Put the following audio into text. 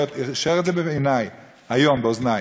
והוא אישר את זה היום באוזני,